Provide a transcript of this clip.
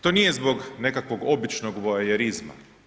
To nije zbog nekakvog običnog voajerizma.